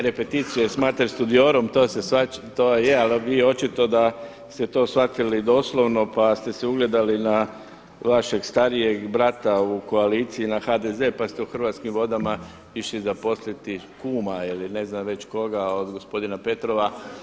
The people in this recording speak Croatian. Repititio est pas mater studiorum“, to je ali očito da vi ste to shvatili doslovno pa ste se ugledali na vašeg starijeg brata u koaliciji na HDZ pa ste u Hrvatskim vodama išli zaposliti kuma ili ne znam već koga od gospodina Petrova.